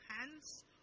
hands